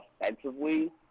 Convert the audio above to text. offensively